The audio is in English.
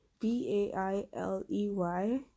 b-a-i-l-e-y